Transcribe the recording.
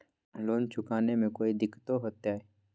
Loan चुकाने में कोई दिक्कतों होते?